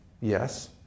Yes